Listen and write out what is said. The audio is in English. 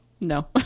no